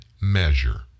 measure